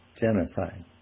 genocide